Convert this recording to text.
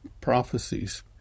prophecies